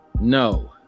No